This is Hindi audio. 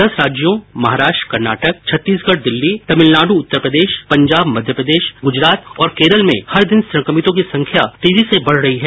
दस राज्यों महाराष्ट्र कर्नाटक छत्तीसगढ़ दिल्ली तमिलनाडु उत्तर प्रदेश पंजाब मध्यप्रदेश गुजरात और केरल में हर दिन संक्रमितों की संख्या तेजी से बढ़ रही है